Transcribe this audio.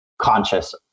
conscious